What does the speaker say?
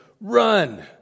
run